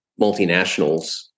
multinationals